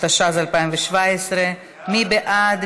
התשע"ז 2017. מי בעד?